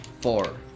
four